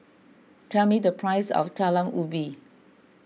tell me the price of Talam Ubi